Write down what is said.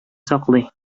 саклый